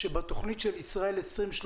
שבתכנית של ישראל 2030